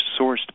sourced